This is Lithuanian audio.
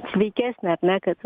sveikesnę ar ne kad